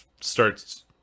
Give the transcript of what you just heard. starts